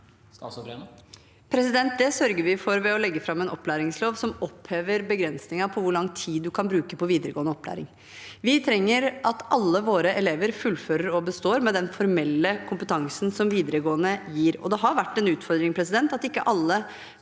Det sørger vi for ved å legge fram en opplæringslov som opphever begrensningen på hvor lang tid man kan bruke på videregående opplæring. Vi trenger at alle våre elever fullfører og består med den formelle kompetansen som videregående gir. Det har vært en utfordring at ikke alle